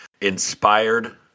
inspired